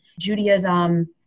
Judaism